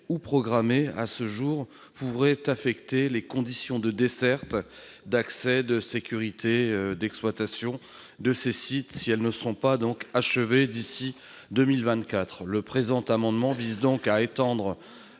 programmées à ce jour, pourraient affecter les conditions de desserte, d'accès, de sécurité ou d'exploitation de ces sites si elles ne sont pas achevées d'ici à 2024. Le présent amendement vise donc à étendre